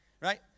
right